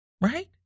Right